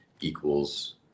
equals